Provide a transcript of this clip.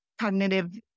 cognitive